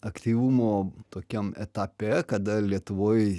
aktyvumo tokiam etape kada lietuvoj